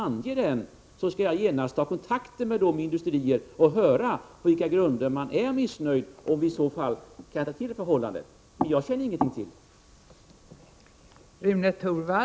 Om jag får dessa uppgifter, skall jag genast ta kontakt med industrierna för att höra på vilka grunder som de är missnöjda och undersöka om vi i så fall kan rätta till det förhållandet. Jag känner som sagt inte till något missnöje.